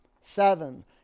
seven